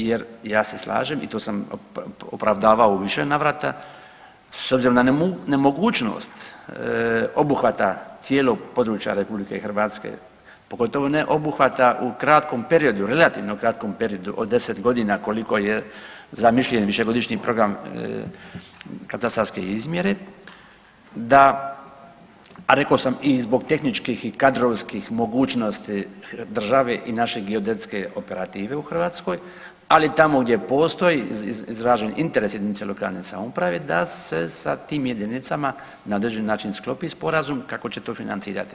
Jer ja se slažem i to sam opravdavao u više navrata s obzirom na nemogućnost obuhvata cijelog područja Republike Hrvatske pogotovo ne obuhvata u kratkom periodu, relativno kratkom periodu od 10 godina koliko je zamišljen višegodišnji program katastarske izmjere, da a rekao sam i zbog tehničkih i kadrovskih mogućnosti države i naše geodetske operative u Hrvatskoj ali tamo gdje postoji izražen interes JLS da se sa tim jedinicama na određeni način sklopi sporazum kako će to financirati.